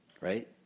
Right